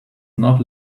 not